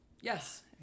Yes